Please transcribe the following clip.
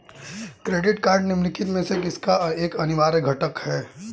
Credit card निम्नलिखित में से किसका एक अनिवार्य घटक है?